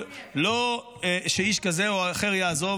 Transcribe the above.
אני אומר את זה כאן מכיוון שפרשת הכסף הזאת,